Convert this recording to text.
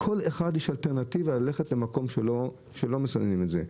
לכל אחד יש אלטרנטיבה ללכת למקום שלא מסננים את זה.